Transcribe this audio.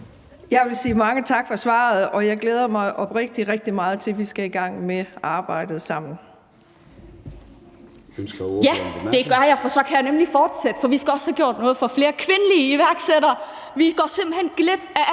Jeg vil sige mange tak for svaret, og jeg glæder mig oprigtigt rigtig meget til, at vi skal i gang med arbejdet sammen.